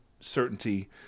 certainty